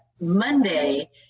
Monday